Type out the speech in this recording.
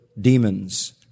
demons